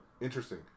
Interesting